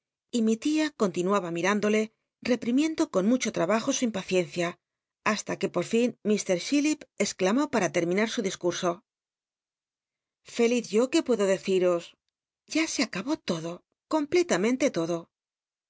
y mi tia con tinuaba mia indolc reprimiendo con mucho taabajo su impaciencia hasta que por lin lt chillip exclamó paaa term inar su discmso feliz yo c uc puedo deciros ya se acabo todo completamente toclo